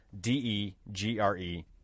D-E-G-R-E